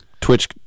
Twitch